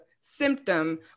symptom